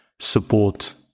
support